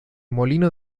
molino